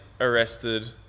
arrested